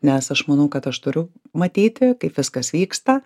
nes aš manau kad aš turiu matyti kaip viskas vyksta